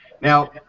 now